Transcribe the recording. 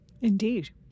Indeed